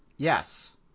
Yes